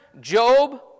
Job